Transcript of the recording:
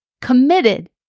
committed